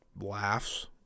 laughs